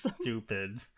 Stupid